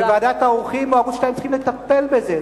ובוועדת העורכים בערוץ-2 צריכים לטפל בזה.